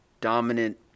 dominant